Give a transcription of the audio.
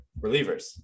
relievers